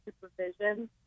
supervision